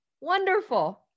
wonderful